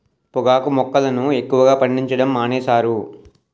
పొగాకు మొక్కలను ఎక్కువగా పండించడం మానేశారు